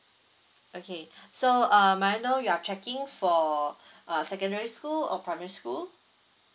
okay so uh may I know you are checking for a secondary school or primary school